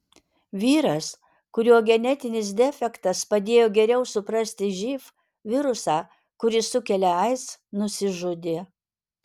vyras kurio genetinis defektas padėjo geriau suprasti živ virusą kuris sukelia aids nusižudė